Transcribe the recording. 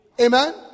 Amen